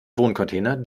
wohncontainer